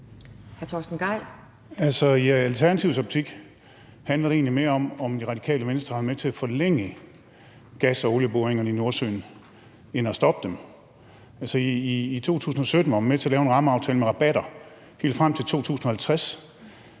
I Alternativets optik handler det egentlig mere om, at Radikale Venstre er med til at forlænge gas- og olieboringerne i Nordsøen, end om, at man er med til at stoppe dem. I 2017 var man med til at lave en rammeaftale med rabatter helt frem til 2050.